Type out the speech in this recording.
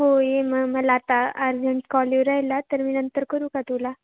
हो ये मग मला आता अर्जंट कॉल येऊ राहिला तर मी नंतर करू का तुला